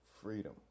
freedom